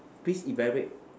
please elaborate